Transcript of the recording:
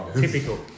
Typical